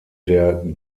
der